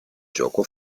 gioco